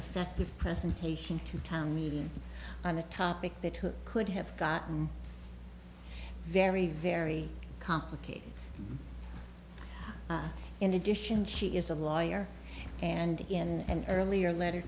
effective presentation to town meeting on a topic that who could have gotten very very complicated in addition she is a lawyer and in an earlier letter